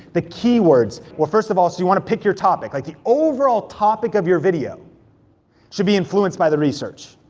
the keywords, where first of all, so you wanna pick your topic. like, the overall topic of your video should be influenced by the research,